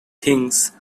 things